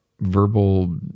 verbal